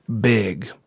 big